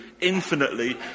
infinitely